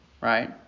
Right